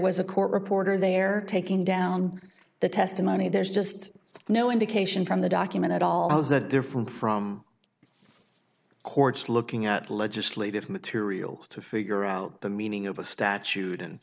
was a court reporter there taking down the testimony there's just no indication from the document at all is that different from courts looking at legislative materials to figure out the meaning of a statute and